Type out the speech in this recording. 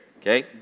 okay